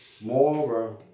Moreover